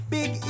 Big